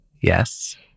Yes